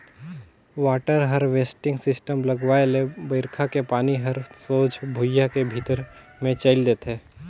water harvesting system लगवाए ले बइरखा के पानी हर सोझ भुइयां के भीतरी मे चइल देथे